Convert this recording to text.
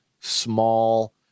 small